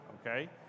okay